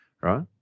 right